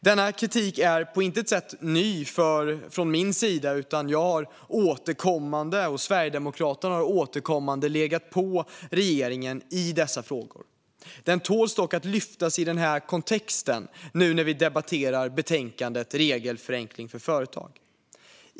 Denna kritik är på intet sätt ny från min sida, utan jag och Sverigedemokraterna har återkommande legat på regeringen i dessa frågor. Den tål dock att lyftas fram i denna kontext nu när vi debatterar betänkandet Regelförenkling för företag .